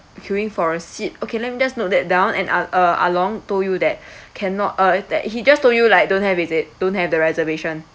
queueing for a seat okay let me just note that down and uh ah (uh)Ahlong told you that cannot uh that he just told you like don't have is it don't have the reservation